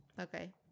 okay